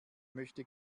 möchte